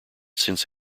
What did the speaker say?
since